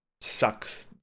sucks